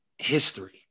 History